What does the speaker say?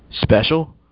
Special